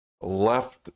left